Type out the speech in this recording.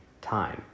time